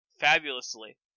fabulously